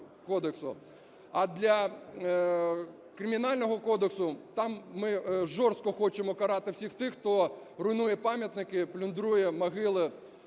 А для Кримінального кодексу, там ми жорстко хочемо карати всіх тих, хто руйнує пам'ятники, плюндрує могили